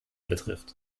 betrifft